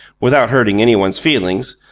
without hurting anyone's feelings,